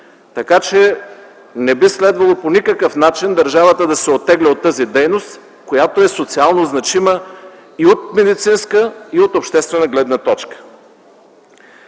Така че не би следвало по никакъв начин държавата да се оттегля от тази дейност, която е социално значима и от медицинска, и от обществена гледна точка.